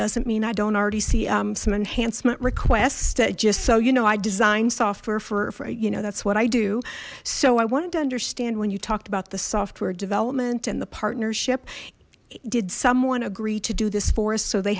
doesn't mean i don't already see some enhancement requests just so you know i designed software forever you know that's what i do so i wanted to understand when you talked about the software development and the partnership did someone agree to do this for us so they